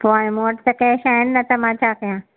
पो हाणे मूं वटि त कैश आहिनि न त मां छा कयां